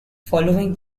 following